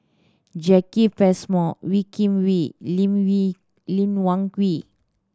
Jacki Passmore Wee Kim Wee Lee Lee Wung